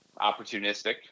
opportunistic